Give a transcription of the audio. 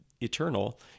eternal